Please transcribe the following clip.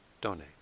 donate